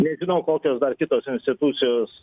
nežinau kokios dar kitos institucijos